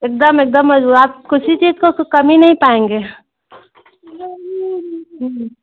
एकदम एकदम आपको किसी चीज का कमी नहीं पाएँगे